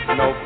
no